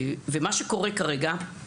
מה שקורה כרגע,